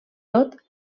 tot